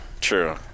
True